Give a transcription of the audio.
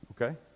Okay